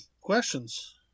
questions